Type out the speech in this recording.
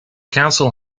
council